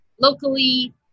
locally